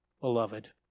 beloved